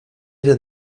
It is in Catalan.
era